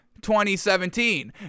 2017